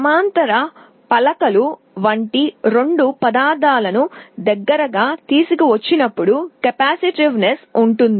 సమాంతర పలకలు వంటి రెండు పదార్థాలను దగ్గరగా తీసుకువచ్చినప్పుడు కెపాసిటెన్స్ ఉంటుంది